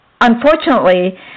Unfortunately